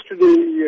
Yesterday